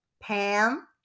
Pam